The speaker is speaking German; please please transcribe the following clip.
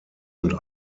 und